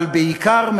אבל בעיקר,